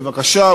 בבקשה,